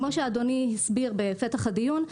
כמו שאדוני הסביר בפתח הדיון,